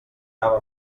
anava